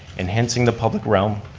enhancing the public realm,